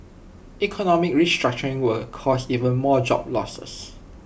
economic restructuring will cause even more job losses